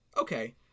Okay